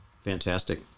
Fantastic